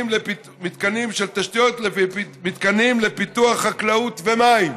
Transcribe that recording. ומתקנים לפיתוח חקלאות ומים.